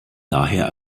daher